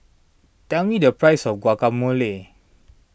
tell me the price of Guacamole